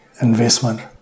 investment